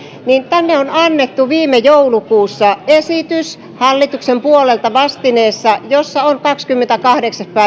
tänne on annettu viime joulukuussa hallituksen puolelta vastineessa esitys jossa se oli kahdeskymmeneskahdeksas